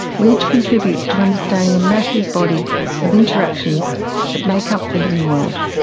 we contribute to understanding a massive body of interactions that make up the living world.